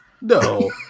No